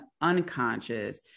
unconscious